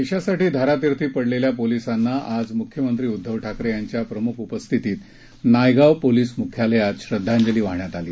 देशासाठी धारातीर्थी पडलेल्या पोलिसांना आज मुख्यमंत्री उद्धव ठाकरे यांच्या प्रमुख उपस्थितीत नायगाव पोलीस मुख्यालयात श्रद्वांजली वाहण्यात आली